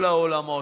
מכל העולמות.